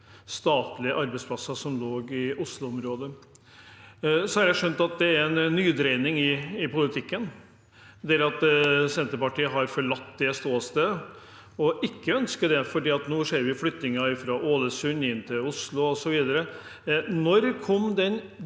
statlige arbeidsplasser som lå i Oslo-området. Jeg har skjønt at det er en nydreining i politikken der Senterpartiet har forlatt det ståstedet og ikke ønsker det, for nå ser vi flyttinger fra Ålesund inn til Oslo osv. Når kom den